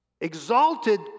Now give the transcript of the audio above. exalted